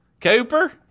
Cooper